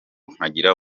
nkagira